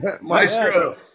maestro